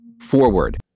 forward